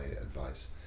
advice